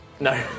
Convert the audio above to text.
No